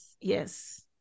yes